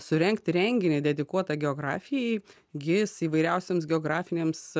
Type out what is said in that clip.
surengti renginį dedikuotą geografijai gis įvairiausioms geografinėms